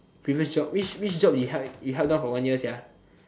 previous job which which job you held down for one year sia